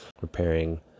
repairing